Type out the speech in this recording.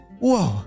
whoa